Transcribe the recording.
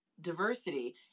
diversity